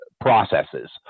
processes